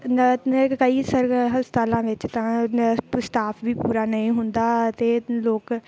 ਹਸਪਤਾਲਾਂ ਵਿੱਚ ਤਾਂ ਸਟਾਫ਼ ਵੀ ਪੂਰਾ ਨਹੀਂ ਹੁੰਦਾ ਅਤੇ ਲੋਕ